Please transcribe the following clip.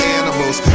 animals